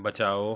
बचाओ